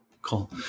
Cool